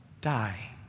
Die